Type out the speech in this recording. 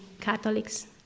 Catholics